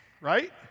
Right